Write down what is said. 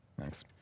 Thanks